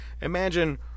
Imagine